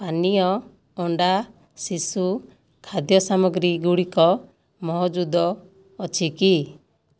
ପାନୀୟ ଅଣ୍ଡା ଶିଶୁ ଖାଦ୍ୟ ସାମଗ୍ରୀ ଗୁଡ଼ିକ ମହଜୁଦ ଅଛି କି